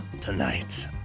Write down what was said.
Tonight